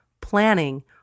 planning